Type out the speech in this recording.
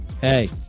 hey